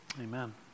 amen